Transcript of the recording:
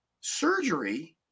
surgery